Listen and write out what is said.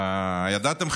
הידעתם,